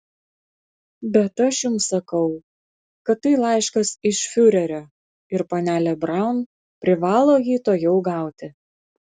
bet aš jums sakau kad tai laiškas iš fiurerio ir panelė braun privalo jį tuojau gauti